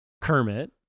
Kermit